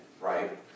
right